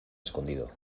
escondido